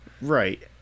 Right